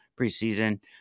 preseason